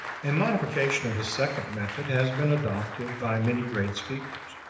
a modification of the second method has been adopted by many great speakers,